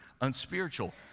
unspiritual